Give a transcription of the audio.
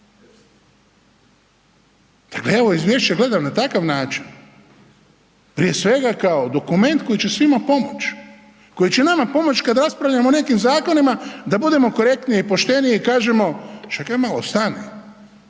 Dakle, evo, izvješće gledam na takav način. Prije svega, kao dokument koji će svima pomoći, koji će nama pomoći kad raspravljamo o nekim zakonima da budemo korektniji i pošteniji i kažemo, čekaj malo, stani.